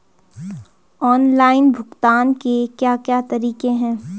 Online भुगतान के क्या क्या तरीके हैं?